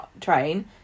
train